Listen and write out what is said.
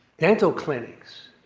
dental clinics,